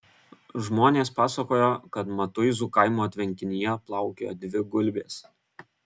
žmonės pasakojo kad matuizų kaimo tvenkinyje plaukiojo dvi gulbės